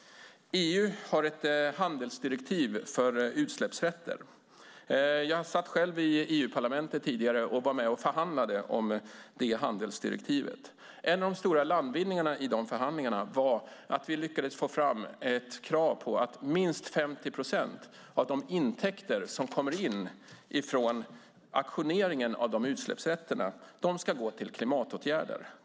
EU har ett handelsdirektiv för utsläppsrätter. Jag satt själv i EU-parlamentet tidigare och var med och förhandlade om det handelsdirektivet. En av de stora landvinningarna i de förhandlingarna var att vi lyckades få fram ett krav på att minst 50 procent av de intäkter som kommer in från auktioneringen av de utsläppsrätterna ska gå till klimatåtgärder.